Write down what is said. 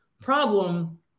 problem